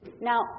Now